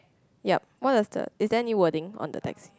yup what does the is there any wording on the text